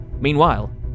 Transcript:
Meanwhile